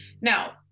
now